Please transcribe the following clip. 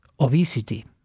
Obesity